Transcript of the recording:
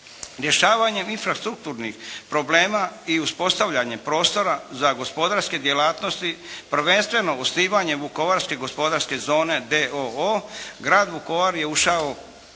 Rješavanjem infrastrukturnih problema i uspostavljanjem prostora za gospodarske djelatnosti, prvenstveno osnivanjem Vukovarske gospodarske zone d.o.o, Grad Vukovar ušao je